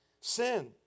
sin